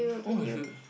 no you